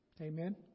Amen